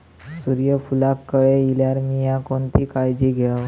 सूर्यफूलाक कळे इल्यार मीया कोणती काळजी घेव?